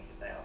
now